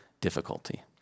difficulty